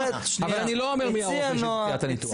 אבל אני לא אומר מי הרופא שביצע את הניתוח.